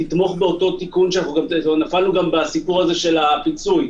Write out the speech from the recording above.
תתמוך באותו תיקון נפלנו גם בסיפור של הפיצוי.